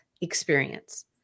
experience